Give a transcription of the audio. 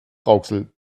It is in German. rauxel